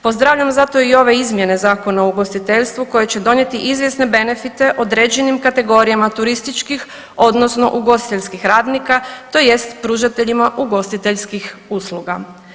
Pozdravljam zato i ove izmjene Zakona o ugostiteljstvu koje će donijeti izvjesne benefite određenim kategorijama turističkih odnosno ugostiteljskih radnika tj. pružateljima ugostiteljskih usluga.